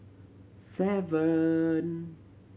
seven